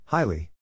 Highly